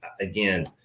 again